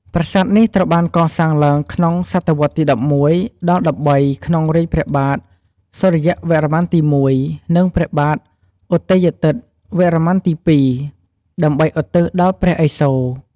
ប្រាសាទនេះត្រូវបានកសាងឡើងក្នុងសតវត្សទី ១១ ដល់ ១៣ ក្នុងរាជ្យព្រះបាទសូរ្យវរ្ម័នទី១ និងព្រះបាទឧទ័យទិត្យវរ្ម័នទី២ ដើម្បីឧទ្ទិសដល់ព្រះឥសូរ។